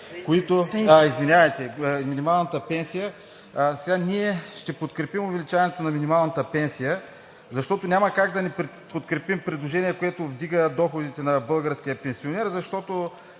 пенсия, извинявайте! Сега ние ще подкрепим увеличаването на минималната пенсия, защото няма как да не подкрепим предложение, което повдига доходите на българския пенсионер, защото